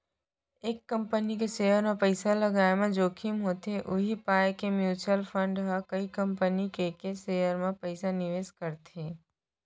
एक कंपनी के सेयर म पइसा लगाय म जोखिम होथे उही पाय के म्युचुअल फंड ह कई कंपनी के के सेयर म पइसा निवेस करथे